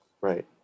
right